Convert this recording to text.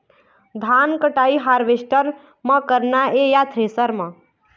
धान कटाई हारवेस्टर म करना ये या थ्रेसर म?